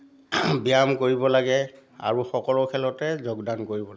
ব্যায়াম কৰিব লাগে আৰু সকলো খেলতে যোগদান কৰিব লাগে